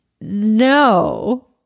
No